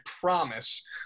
promise